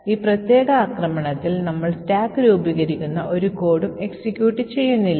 അപ്പോള് അത് സ്റ്റാക്ക് പരിഷ്ക്കരിച്ചുവെന്ന് വ്യക്തമാക്കുന്ന ഒരു Error കംപൈലർ throw ചെയ്യും